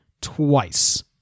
twice